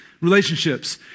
Relationships